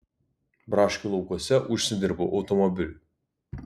braškių laukuose užsidirbau automobiliui